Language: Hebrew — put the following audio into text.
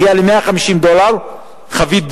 הגיעה ל-150 דולר חבית נפט,